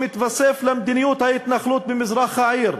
שמתווסף למדיניות ההתנחלות במזרח העיר,